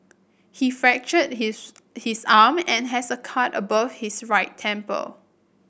he fractured his his arm and has a cut above his right temple